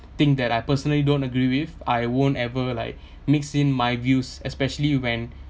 thing that I personally don't agree with I won't ever like mixed in my views especially when